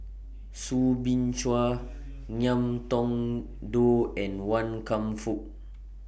Soo Bin Chua Ngiam Tong Dow and Wan Kam Fook